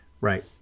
right